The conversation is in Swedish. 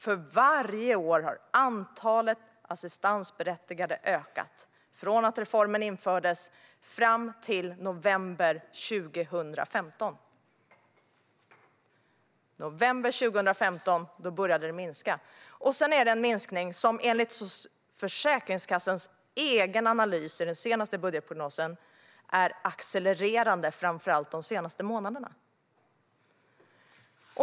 För varje år har antalet assistansberättigade ökat från att reformen infördes fram till november 2015. I november 2015 började antalet minska, och sedan är det en minskning som enligt Försäkringskassans egen analys i den senaste budgetprognosen är accelererande, framför allt de senaste månaderna.